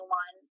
one